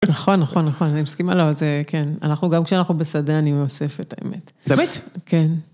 נכון, נכון, נכון, אני מסכימה לו, זה כן. אנחנו, גם כשאנחנו בשדה, אני מיוספת האמת. באמת? כן.